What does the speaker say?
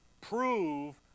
prove